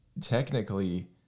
technically